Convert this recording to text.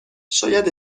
شاید